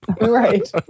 right